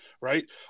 right